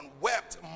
wept